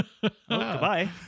Goodbye